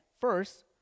first